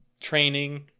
training